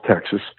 Texas